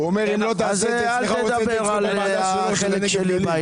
אז אל תדבר על החלק שלי בעניין.